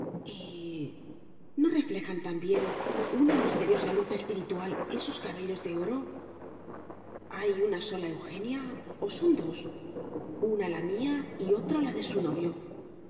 no reflejan también una misteriosa luz espiritual estos cabellos de oro hay una sola eugenia o son dos una la mía y otra la de su novio